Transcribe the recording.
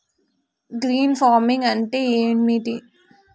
Green farming అంటే ఏమిటి?